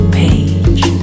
page